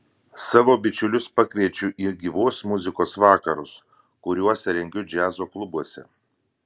savo bičiulius pakviečiu į gyvos muzikos vakarus kuriuos rengiu džiazo klubuose